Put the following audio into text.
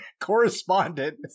Correspondent